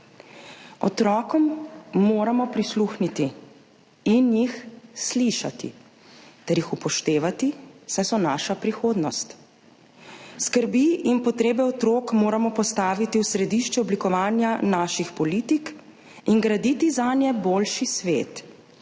Otrokom moramo prisluhniti in jih slišati ter jih upoštevati, saj so naša prihodnost. Skrbi in potrebe otrok moramo postaviti v središče oblikovanja naših politik in graditi zanje boljši svet,